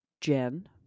Jen